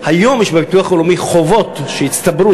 היום יש בביטוח הלאומי חובות שהצטברו,